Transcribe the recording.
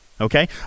Okay